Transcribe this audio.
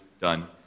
done